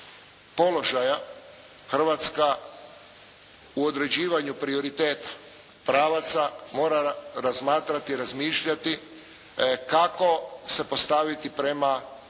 položaja Hrvatska u određivanju prioriteta pravaca mora razmatrati i razmišljati kako se postaviti prema širem